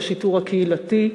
לשיטור הקהילתי,